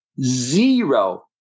zero